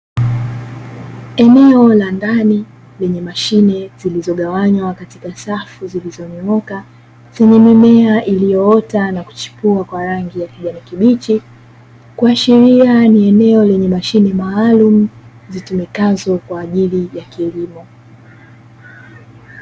Eneo la ndani lenye mashine zilizogawanywa katika safu zilizonyooka, zenye mimea iliyoota na kuchipua kwa rangi ya kijani kibichi, kuashiria ni eneo lenye mashine maalumu zitumikazo kwa ajili ya kilimo.